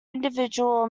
individual